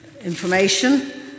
information